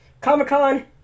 Comic-Con